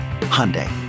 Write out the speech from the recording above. Hyundai